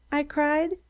i cried.